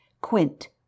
Quint